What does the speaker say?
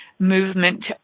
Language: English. movement